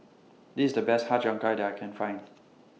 This IS The Best Har Cheong Gai that I Can Find